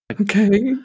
Okay